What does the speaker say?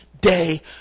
day